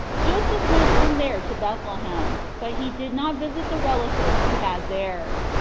joseph went from there to bethlehem but he did not visit the relatives he had there.